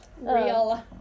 Real